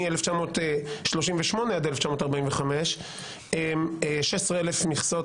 מ-1938 עד 1945, 16,000 מכסות